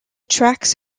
tracks